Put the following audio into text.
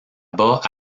bas